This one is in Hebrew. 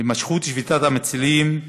הימשכות שביתת המצילים,